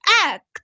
act